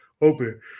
open